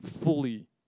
fully